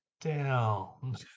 down